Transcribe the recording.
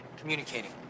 communicating